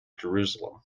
jerusalem